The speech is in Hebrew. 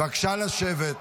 בבקשה, לשבת.